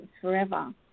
forever